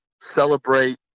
celebrate